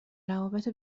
روابط